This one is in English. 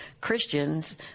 Christians